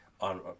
on